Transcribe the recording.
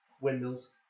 windows